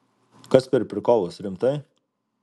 kas per prikolas rimtai